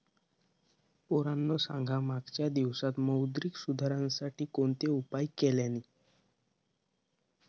पोरांनो सांगा मागच्या दिवसांत मौद्रिक सुधारांसाठी कोणते उपाय केल्यानी?